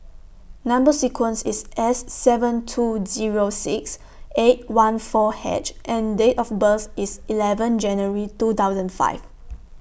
Number sequence IS S seven two Zero six eight one four H and Date of birth IS eleven January two thousand five